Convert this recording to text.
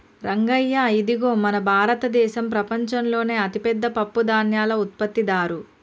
రంగయ్య ఇదిగో మన భారతదేసం ప్రపంచంలోనే అతిపెద్ద పప్పుధాన్యాల ఉత్పత్తిదారు